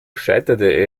scheiterte